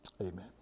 Amen